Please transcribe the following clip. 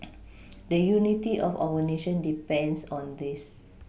the unity of our nation depends on this